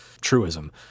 truism